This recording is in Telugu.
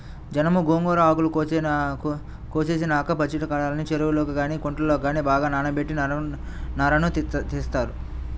జనుము, గోంగూర ఆకులు కోసేసినాక పచ్చికాడల్ని చెరువుల్లో గానీ కుంటల్లో గానీ బాగా నానబెట్టి నారను తీత్తారు